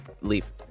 leave